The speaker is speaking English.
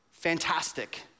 fantastic